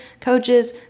coaches